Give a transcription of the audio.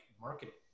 marketing